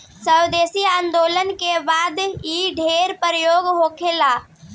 स्वदेशी आन्दोलन के बाद इ ढेर प्रयोग होखे लागल